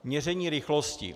Měření rychlosti.